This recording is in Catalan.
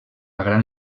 gran